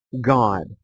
God